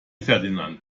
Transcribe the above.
ferdinand